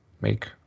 make